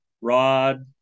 Rod